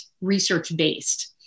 research-based